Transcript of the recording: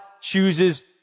chooses